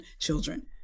children